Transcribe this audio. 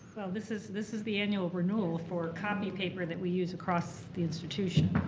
well this is this is the annual renewal for copy paper that we use across the institution